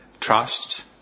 trust